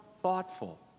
thoughtful